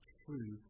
true